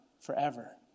forever